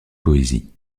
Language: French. poésie